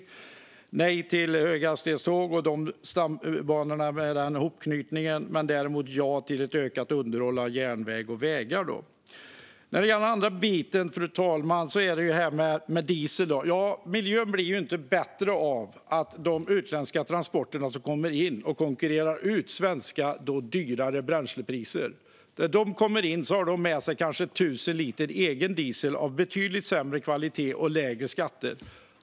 Vi säger nej till höghastighetståg och hopknytningen med stambanorna men däremot ja till ökat underhåll av järnväg och vägar. När det gäller den andra biten, fru talman, det vill säga detta med diesel: Ja, miljön blir ju inte bättre av de utländska transporter som kommer in och konkurrerar ut svenskarna, som har dyrare bränslepriser. När de kommer in har de med sig kanske 1 000 liter egen diesel, som är av betydligt sämre kvalitet och lägre beskattad.